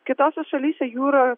kitose šalyse jų yra